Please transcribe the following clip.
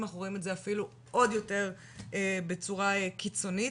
אנחנו רואים את זה אפילו עוד יותר בצורה קיצונית.